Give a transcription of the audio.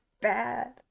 bad